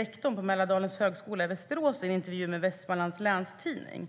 Rektorn för Mälardalens högskola i Västerås säger följande i en intervju med Vestmanlands Läns Tidning: